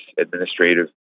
administrative